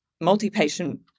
multi-patient